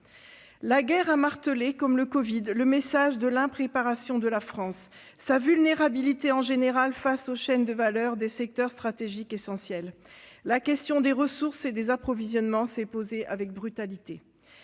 La guerre a martelé, comme la pandémie de covid-19, le message de l'impréparation de la France, sa vulnérabilité en général face aux chaînes de valeur des secteurs stratégiques essentiels. La question des ressources et des approvisionnements s'est posée avec brutalité.